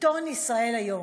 עיתון "ישראל היום".